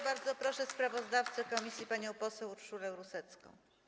Bardzo proszę sprawozdawcę komisji panią poseł Urszulę Rusecką.